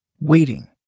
waiting